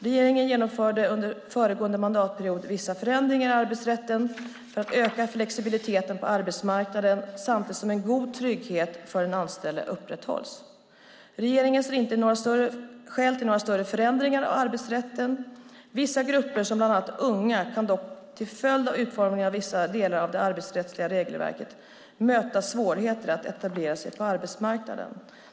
Regeringen genomförde under föregående mandatperiod vissa förändringar i arbetsrätten för att öka flexibiliteten på arbetsmarknaden samtidigt som en god trygghet för den anställde upprätthålls. Regeringen ser inte skäl till några större förändringar av arbetsrätten. Vissa grupper, bland annat unga, kan dock till följd av utformningen av vissa delar av det arbetsrättsliga regelverket möta svårigheter att etablera sig på arbetsmarknaden.